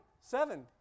Seven